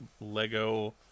Lego